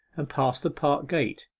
and passed the park gate,